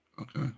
Okay